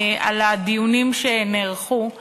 על הדיונים שנערכו.